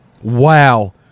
Wow